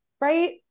Right